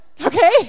okay